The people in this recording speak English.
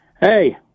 Hey